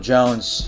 Jones